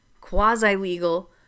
quasi-legal